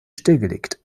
stillgelegt